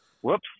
whoops